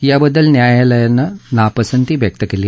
याबद्दल न्यायालयानं नापसंती व्यक्त केली